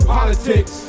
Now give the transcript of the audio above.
Politics